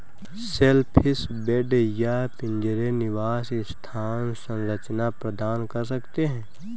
shellfish bed या पिंजरे निवास स्थान संरचना प्रदान कर सकते हैं